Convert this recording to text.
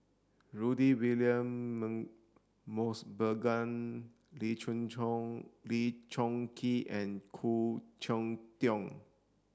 Rudy William Mosbergen Lee Choon Lee Choon Kee and Khoo Cheng Tiong